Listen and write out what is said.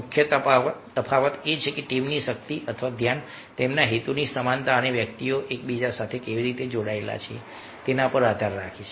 મુખ્ય તફાવત એ છે કે ટીમની શક્તિ અથવા ધ્યાન તેમના હેતુની સમાનતા અને વ્યક્તિઓ એકબીજા સાથે કેવી રીતે જોડાયેલા છે તેના પર આધાર રાખે છે